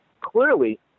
clearly